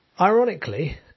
ironically